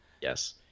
yes